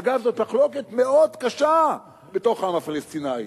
אגב, זאת מחלוקת מאוד קשה בתוך העם הפלסטיני,